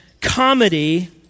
comedy